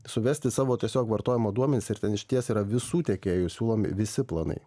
suvesti savo tiesiog vartojimo duomenis ir ten išties yra visų tiekėjų siūlomi visi planai